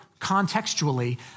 contextually